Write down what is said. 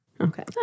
Okay